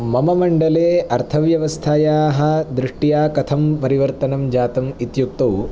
मम मण्डले अर्थव्यवस्थायाः दृष्ट्याः कथं परिवर्तनं जातम् इत्युक्तौ